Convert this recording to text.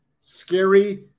scary